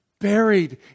Buried